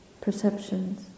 perceptions